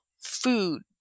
food